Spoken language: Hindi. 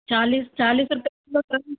चालीस चालीस रुपये किलो